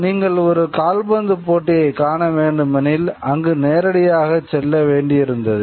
நீங்கள் ஒரு கால்பந்து போட்டியைக் காண வேண்டுமெனில் அங்கு நேரடியாக செல்ல வேண்டியிருந்தது